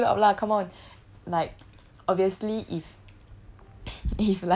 as in I not so screwed up lah come on like obviously if